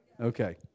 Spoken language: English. Okay